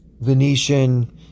Venetian